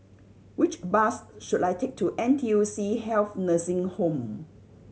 which bus should I take to N T U C Health Nursing Home